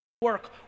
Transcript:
work